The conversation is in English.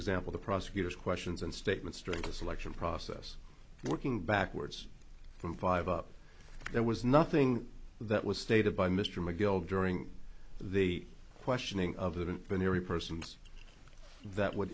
example the prosecutors questions and statements during the selection process working backwards from five up there was nothing that was stated by mr mcgill during the questioning of the been every persons that would